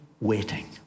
waiting